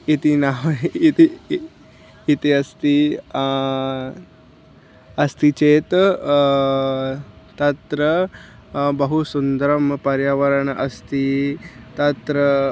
इति न ह इति इ इति अस्ति अस्ति चेत् तत्र बहु सुन्दरं पर्यावरणम् अस्ति तत्र